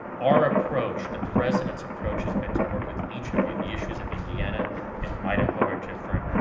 our approach, the president's approach, has been to work with each of you. the issues of indiana and idaho are different.